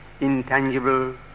intangible